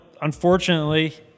unfortunately